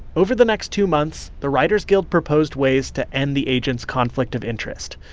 over the next two months, the writers guild proposed ways to end the agent's conflict of interest.